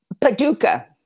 Paducah